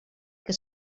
que